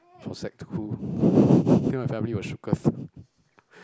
for sec two then my family was shooketh